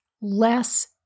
less